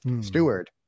Steward